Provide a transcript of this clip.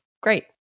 great